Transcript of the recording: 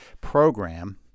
program